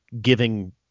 giving